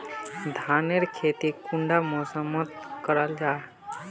धानेर खेती कुंडा मौसम मोत करा जा?